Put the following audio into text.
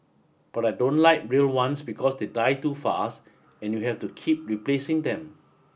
but I don't like real ones because they die too fast and you have to keep replacing them